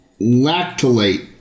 lactolate